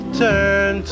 turn